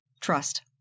trust